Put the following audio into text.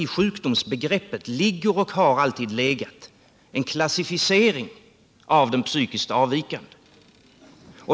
I sjukdomsbegreppet ligger, och har legat, en klassificering av de psykiskt avvikande.